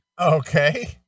okay